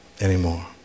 anymore